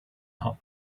hot